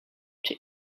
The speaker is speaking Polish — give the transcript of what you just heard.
czy